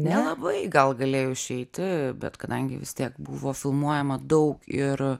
nelabai gal galėjau išeiti bet kadangi vis tiek buvo filmuojama daug ir